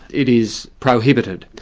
it is prohibited.